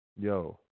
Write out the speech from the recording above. Yo